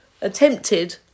attempted